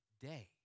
day